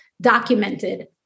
documented